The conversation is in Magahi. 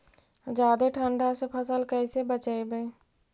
जादे ठंडा से फसल कैसे बचइबै?